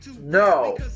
No